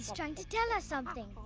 trying to tell us something.